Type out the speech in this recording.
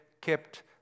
kept